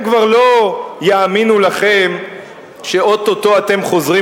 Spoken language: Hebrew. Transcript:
הם כבר לא יאמינו לכם שאו-טו-טו אתם חוזרים